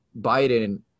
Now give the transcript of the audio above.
Biden